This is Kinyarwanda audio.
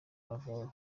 amavubi